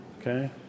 okay